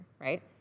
right